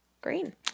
green